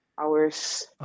hours